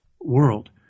world